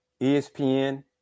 ESPN